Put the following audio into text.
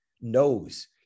knows